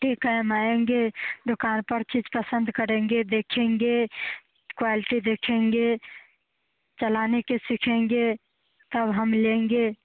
ठीक है हम आएंगे दुकान पर चीज़ पसंद करेंगे देखेंगे क्वैलटी देखेंगे चलाने के सीखेंगे तब हम लेंगे